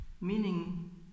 meaning